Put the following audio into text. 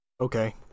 Okay